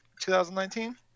2019